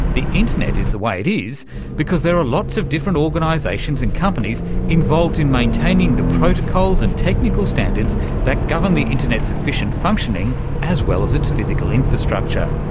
the internet is the way it is because there are lots of different organisations and companies involved in maintaining the protocols and technical standards that govern the internet's efficient functioning, as well as its physical infrastructure.